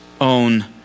own